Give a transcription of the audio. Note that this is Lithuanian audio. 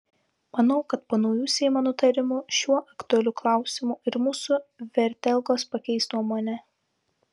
manau kad po naujų seimo nutarimų šiuo aktualiu klausimu ir mūsų vertelgos pakeis nuomonę